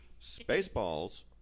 Spaceballs